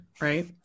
right